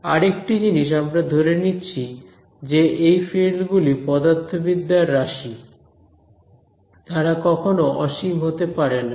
আরেকটা জিনিস আমরা ধরে নিচ্ছি যে এই ফিল্ড গুলি পদার্থবিদ্যার রাশি তারা কখনো অসীম হতে পারেনা